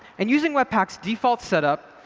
and using webpack's default setup,